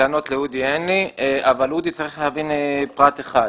טענות לאודי אין לי, אבל אודי צריך להבין פרט אחד.